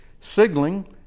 Signaling